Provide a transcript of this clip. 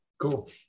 Cool